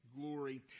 glory